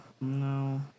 No